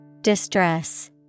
Distress